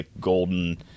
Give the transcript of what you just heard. golden